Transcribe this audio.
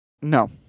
No